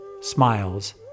smiles